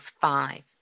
five